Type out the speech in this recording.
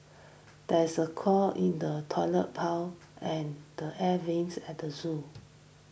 there is a clog in the Toilet Pipe and the Air Vents at the zoo